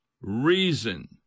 reason